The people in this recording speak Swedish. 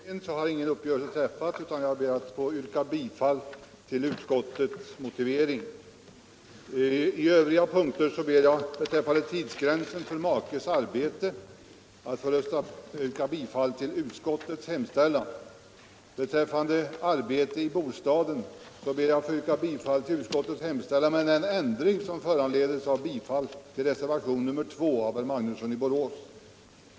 Herr talman! Beträffande inledningen har ingen uppgörelse träffats, utan jag ber att få yrka bifall till utskottets motivering. Beträffande tidsgränsen för makes arbetsinsats ber jag att få yrka bifall till utskottets hemställan. Beträffande arbete i bostaden ber jag att få yrka bifall till utskottets hemställan med den ändring som föranleds av bifall till reservationen 2 av herr Magnusson i Borås m.fl. i motsvarande del.